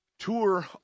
Tour